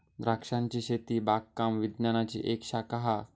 द्रांक्षांची शेती बागकाम विज्ञानाची एक शाखा हा